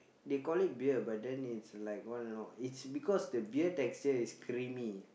they call it beer but then it's like what you know it's because the beer texture is creamy